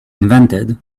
invented